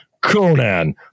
Conan